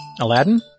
aladdin